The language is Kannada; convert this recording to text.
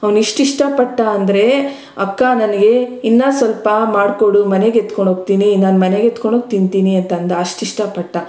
ಅವ್ನು ಎಷ್ಟು ಇಷ್ಟಪಟ್ಟ ಅಂದರೆ ಅಕ್ಕ ನನಗೆ ಇನ್ನೂ ಸ್ವಲ್ಪ ಮಾಡಿಕೊಡು ಮನೆಗೆ ಎತ್ಕೊಂಡು ಹೋಗ್ತೀನಿ ನಾನು ಮನೆಗೆ ಎತ್ಕೊಂಡು ಹೋಗಿ ತಿಂತೀನಿ ಅಂತ ಅಂದ ಅಷ್ಟು ಇಷ್ಟಪಟ್ಟ